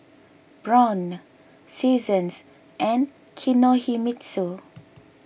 Braun Seasons and Kinohimitsu